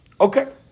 Okay